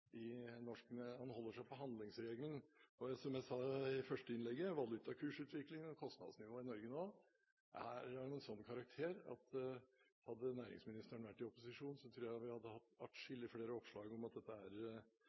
holder seg til handlingsregelen. Som jeg sa i det første innlegget: Valutakursutviklingen og kostnadsnivået i Norge er nå av en slik karakter at hadde næringsministeren vært i opposisjon, tror jeg vi hadde hatt atskillig flere oppslag om at dette nærmest er